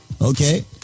Okay